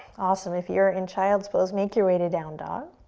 awesome. if you're in child's pose, make your way to down dog.